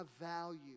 value